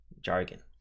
jargon